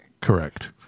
Correct